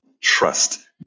trust